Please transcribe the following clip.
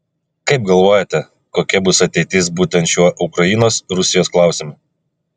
kaip galvojate kokia bus ateitis būtent šiuo ukrainos rusijos klausimu